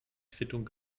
quittung